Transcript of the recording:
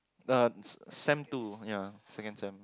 uh sem two ya second sem